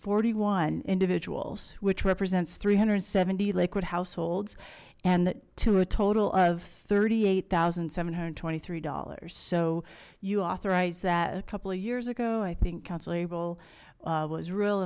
forty one individuals which represents three hundred and seventy lakewood households and to a total of thirty eight thousand seven hundred twenty three dollars so you authorize that a couple of years ago i think